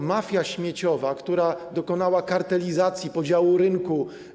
To mafia śmieciowa, która dokonała kartelizacji, podziału rynku.